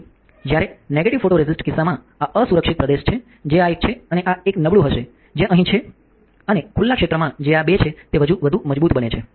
જ્યારે negative photoresist કિસ્સામાં આ અસુરક્ષિત પ્રદેશ છે જે આ એક છે અને આ એક નબળું હશે જે અહીં છે અને ખુલ્લા ક્ષેત્રમાં જે આ બે છે તે વધુ મજબૂત બને છે